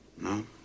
No